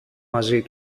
μαζί